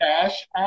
Cash